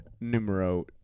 numero